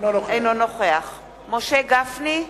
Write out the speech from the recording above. אינו נוכח משה גפני,